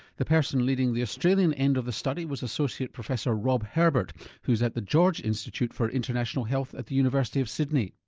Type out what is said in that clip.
the person leading the australian end of the study was associate professor rob herbert who's at the george institute for international health at the university of sydney.